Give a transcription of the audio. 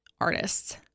artists